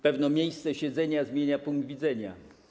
Pewno miejsce siedzenia zmienia punkt widzenia.